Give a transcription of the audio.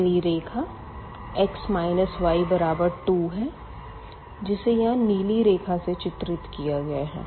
पहली रेखा x y2 है जिसे यहाँ नीली रेखा से चित्रित किया गया है